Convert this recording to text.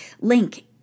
link